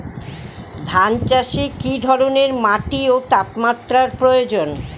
ধান চাষে কী ধরনের মাটি ও তাপমাত্রার প্রয়োজন?